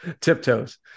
Tiptoes